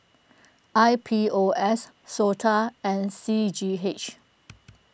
I P O S Sota and C G H